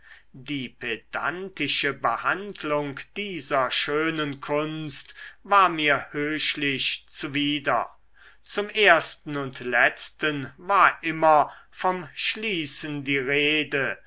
die pedantische behandlung dieser schönen kunst war mir höchlich zuwider zum ersten und letzten war immer vom schließen die rede